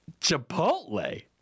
Chipotle